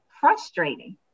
frustrating